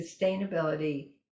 sustainability